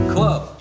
Club